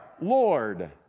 Lord